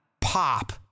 pop